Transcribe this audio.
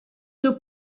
deux